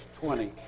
twenty